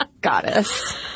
goddess